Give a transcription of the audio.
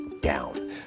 down